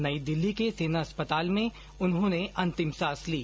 नई दिल्ली के सेना अस्पताल में उन्होंने अंतिम सांस ली